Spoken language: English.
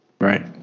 Right